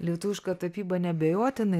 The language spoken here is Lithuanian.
lietuviška tapyba neabejotinai